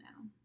now